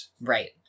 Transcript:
Right